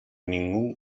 ningún